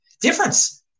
difference